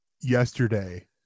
yesterday